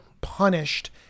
punished